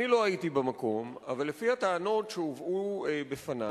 אני לא הייתי במקום, אבל לפי הטענות שהובאו בפני,